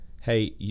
hey